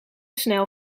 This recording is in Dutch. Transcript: snel